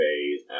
phase